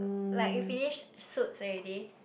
like you finished Suits already